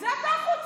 תצא אתה החוצה.